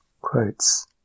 Quotes